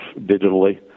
digitally